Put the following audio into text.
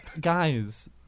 Guys